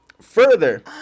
further